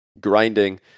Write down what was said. grinding